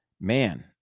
man